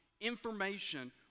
information